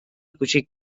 کوچک